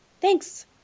Thanks